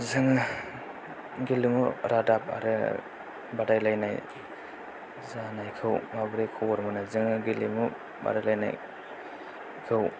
जोङो गेलेमु रादाब आरो बादायलायनाय जानायखौ माब्रै खबर मोनो जोङो गेलेमु बादायलायनायखौ